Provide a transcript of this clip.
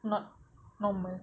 not normal